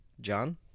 John